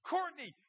Courtney